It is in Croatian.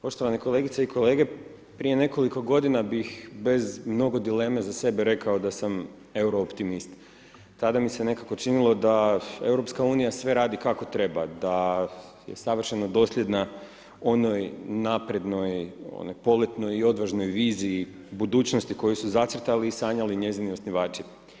Poštovani kolegice i kolege, prije nekoliko godina bih bez mnogo dileme za sebe rekao da sam Euro optimist, tada mi se nekako činilo da EU sve radi kako treba, da je savršeno dosljedna onoj naprednoj, onoj poletnoj i odvažnoj viziji budućnosti koju su zacrtali i sanjali njezini osnivači.